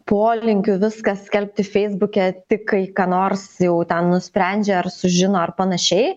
polinkiu viską skelbti feisbuke tik kai ką nors jau ten nusprendžia ar sužino ar panašiai